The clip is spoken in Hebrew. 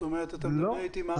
לא.